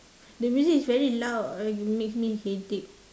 the music is very loud uh makes me headache